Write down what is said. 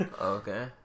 okay